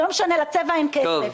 לא משנה, לצבע אין כסף.